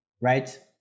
right